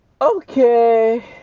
okay